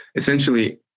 essentially